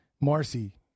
Marcy